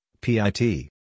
P-I-T